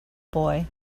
boy